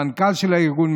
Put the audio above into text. המנכ"ל של הארגון,